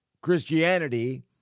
Christianity